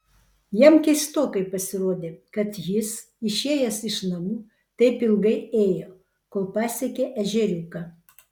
jam keistokai pasirodė kad jis išėjęs iš namų taip ilgai ėjo kol pasiekė ežeriuką